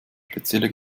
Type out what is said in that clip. spezielle